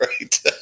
Right